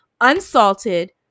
Unsalted